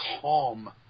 calm